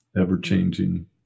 ever-changing